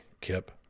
Kip